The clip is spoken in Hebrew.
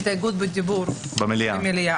הסתייגות דיבור במליאה,